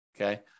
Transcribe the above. okay